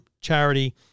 charity